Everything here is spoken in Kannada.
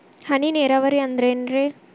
ಹನಿ ನೇರಾವರಿ ಅಂದ್ರೇನ್ರೇ?